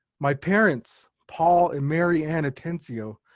my parents, paul and mary ann atencio,